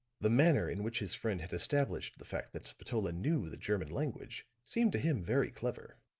the manner in which his friend had established the fact that spatola knew the german language seemed to him very clever.